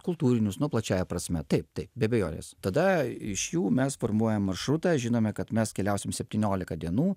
kultūrinius nu plačiąja prasme taip tai be abejonės tada iš jų mes formuojam maršrutą žinome kad mes keliausim spetynioliką dienų